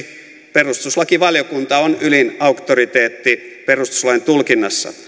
perustuslakivaliokunta on ylin auktoriteetti perustuslain tulkinnassa